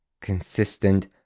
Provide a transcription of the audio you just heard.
consistent